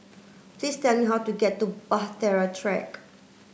please tell me how to get to Bahtera Track